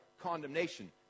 condemnation